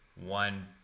one